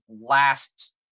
last